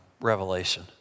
revelation